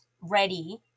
ready